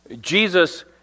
Jesus